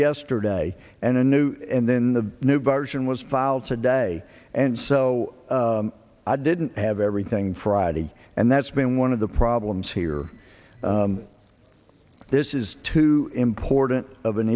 yesterday and a new and then the new version was filed today and so i didn't have everything friday and that's been one of the problems here this is too important of an